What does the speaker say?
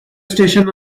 station